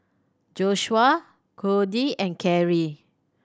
Joshua Codie and Carie